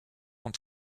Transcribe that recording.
ont